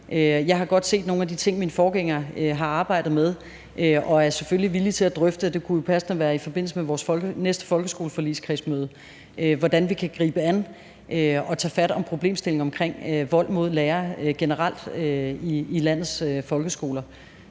Jeg har godt set nogle af de ting, min forgænger har arbejdet med, og er selvfølgelig villig til at drøfte – det kunne jo passende være i forbindelse med vores næste folkeskoleforligskredsmøde – hvordan vi kan gribe an at tage fat i problemstillingen omkring vold mod lærere generelt i landets folkeskoler.